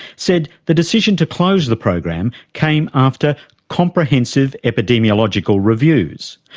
said the decision to close the program came after comprehensive epidemiological reviews.